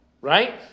right